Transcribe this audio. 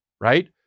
right